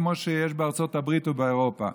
כמו שיש בארצות הברית ובאירופה.